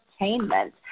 entertainment